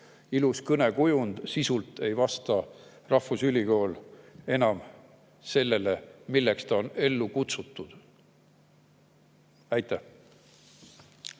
ilus kõnekujund, sisult ei vasta rahvusülikool enam sellele, milleks ta on ellu kutsutud. Aitäh!